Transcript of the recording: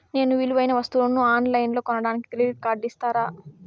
నేను విలువైన వస్తువులను ఆన్ లైన్లో కొనడానికి క్రెడిట్ కార్డు ఇస్తారా?